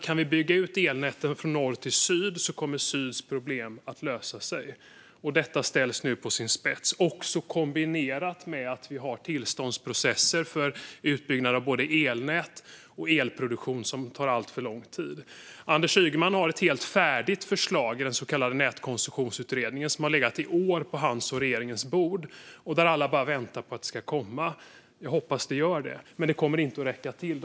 Kan vi bygga ut elnäten från norr till syd kommer syds problem att lösa sig. Detta ställs nu på sin spets, kombinerat med att vi nu har tillståndsprocesser för utbyggnad av både elnät och elproduktion som tar alltför lång tid. Anders Ygeman har ett helt färdigt förslag i den så kallade Nätkoncessionsutredningen som har legat i år på hans och regeringens bord - alla bara väntar på att det ska komma. Jag hoppas att det gör det. Men det kommer inte att räcka till.